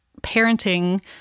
parenting